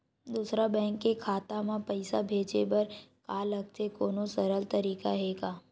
दूसरा बैंक के खाता मा पईसा भेजे बर का लगथे कोनो सरल तरीका हे का?